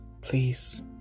Please